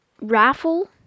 raffle